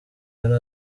yari